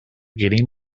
getting